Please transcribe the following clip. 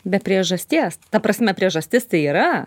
be priežasties ta prasme priežastis tai yra